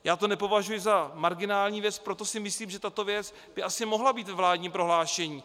Já to nepovažuji za marginální věc, proto si myslím, že tato věc by asi mohla být ve vládním prohlášení.